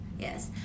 yes